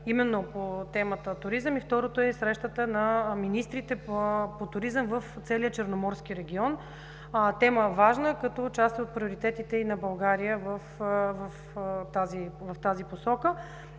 именно по темата туризъм и второто е срещата на министрите по туризъм в целия Черноморски регион. Тема, важна като част и на приоритетите на България в тази посока.